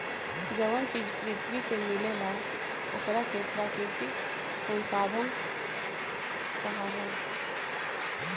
जवन चीज पृथ्वी से मिलेला ओकरा के प्राकृतिक संसाधन कहाला